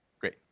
Great